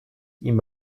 ihm